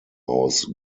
aus